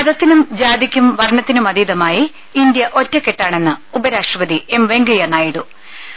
മതത്തിനും ജാതിക്കും വർണത്തിനും അതീതമായി ഇന്ത്യ ഒറ്റക്കെട്ടാണെന്ന് ഉപരാഷ്ട്രപതി എം വെങ്കയ്യനായിഡു പറഞ്ഞു